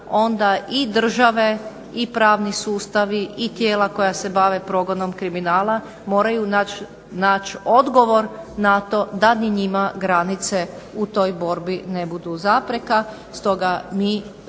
onda i države i pravni sustavi i tijela koja se bave progonom kriminala moraju naći odgovor na to da i njima granice u toj borbi ne budu zapreka.